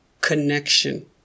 connection